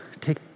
take